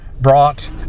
brought